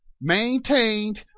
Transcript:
maintained